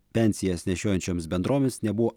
pensijas nešiojančioms bendromis nebuvo